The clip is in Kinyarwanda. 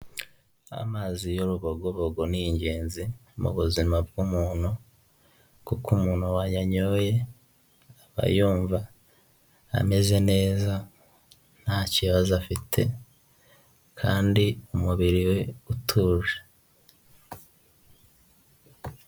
Amazi y'urubogobogo ni ingenzi mu buzima bw'umuntu, kuko umuntu wayanyoye aba yumva ameze neza nta kibazo afite kandi umubiri we utuje.